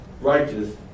righteous